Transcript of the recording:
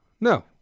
No